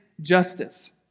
justice